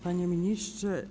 Panie Ministrze!